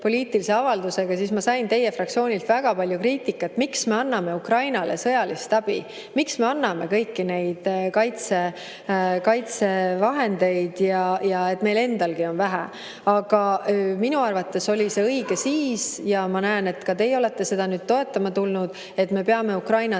poliitilise avaldusega, siis ma sain teie fraktsioonilt väga palju kriitikat, miks me anname Ukrainale sõjalist abi, miks me anname kõiki neid kaitsevahendeid ja et meil endalgi on vähe. Aga minu arvates oli see õige siis ja ma näen, et ka teie olete seda toetama tulnud, et me peame Ukrainat